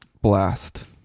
Blast